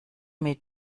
mit